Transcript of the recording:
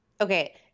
Okay